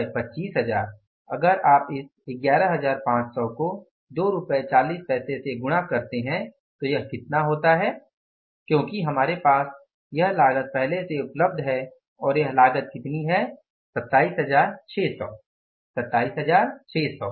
रुपये 25000 अगर आप इस 11500 को 24 से गुणा करते हैं तो यह कितना होता है क्योंकि हमारे पास यह लागत पहले से उपलब्ध है और यह लागत कितनी है 27600 27600